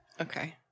Okay